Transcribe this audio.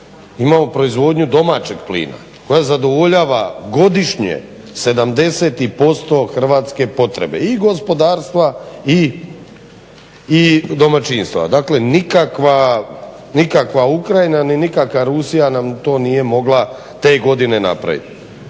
imamo proizvodnju domaćeg plina koja zadovoljava godišnje 70% hrvatske potrebe i gospodarstva i domaćinstava. Dakle, nikakva Ukrajina, ni nikakva Rusija nam to nije mogla te godine napravit.